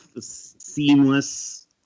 seamless